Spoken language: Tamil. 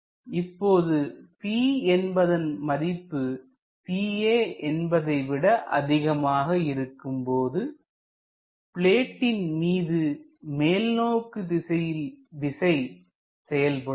இப்பொழுது p என்பதன் மதிப்பு pa என்பதை விட அதிகமாக இருக்கும் போது பிளேடிட்ன் மீது மேல்நோக்கு திசையில் விசை செயல்படும்